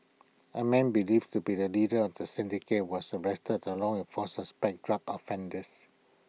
A man believed to be the leader of the syndicate was arrested along with four suspected drug offenders